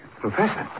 Professor